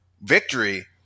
victory